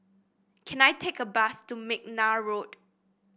can I take a bus to McNair Road